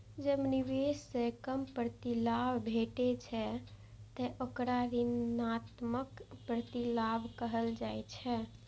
जब निवेश सं कम प्रतिलाभ भेटै छै, ते ओकरा ऋणात्मक प्रतिलाभ कहल जाइ छै